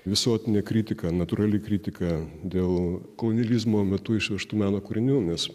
visuotinė kritika natūrali kritika dėl kolonializmo metu išvežtų meno kūrinių nes